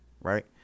Right